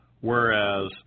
whereas